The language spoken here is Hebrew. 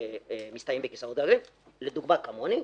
מסתייעים בכיסאות גלגלים, לדוגמה אנשים כמוני,